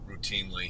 routinely